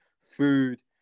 food